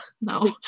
No